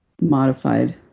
modified